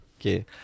okay